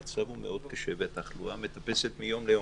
המצב קשה מאוד והתחלואה מטפסת מיום ליום,